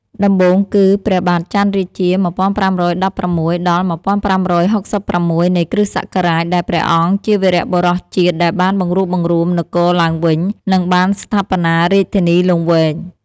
ដំបូងគឺ ព្រះបាទចន្ទរាជា ១៥១៦-១៥៦៦ នៃគ្រិស្តសករាជ ដែលព្រះអង្គជាវីរបុរសជាតិដែលបានបង្រួបបង្រួមនគរឡើងវិញ និងបានស្ថាបនារាជធានីលង្វែក។